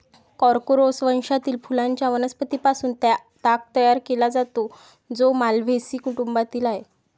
Corchorus वंशातील फुलांच्या वनस्पतीं पासून ताग तयार केला जातो, जो माल्व्हेसी कुटुंबातील आहे